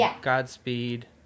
Godspeed